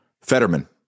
Fetterman